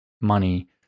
money